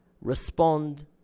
respond